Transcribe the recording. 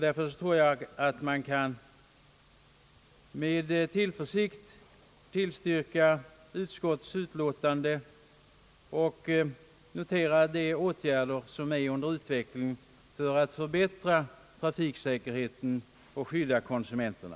Därför tror jag att man med tillförsikt kan tillstyrka utskottets hemställan och notera de åtgärder som är under utarbetande för att förbättra trafiksäkerheten och skydda konsumenterna.